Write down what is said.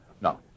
No